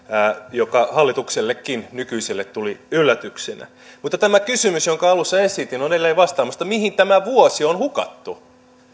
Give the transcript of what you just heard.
joka nykyiselle hallituksellekin tuli yllätyksenä mutta tähän kysymykseen jonka alussa esitin on edelleen vastaamatta mihin tämä vuosi on hukattu